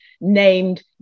named